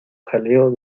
jaleo